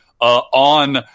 on